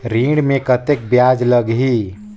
ऋण मे कतेक ब्याज लगही?